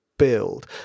Build